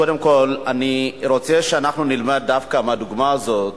קודם כול אני רוצה שאנחנו נלמד דווקא מהדוגמה הזאת